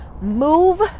move